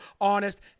honest